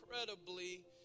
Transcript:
incredibly